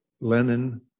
Lenin